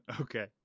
Okay